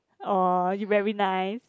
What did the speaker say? uh you very nice